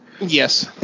Yes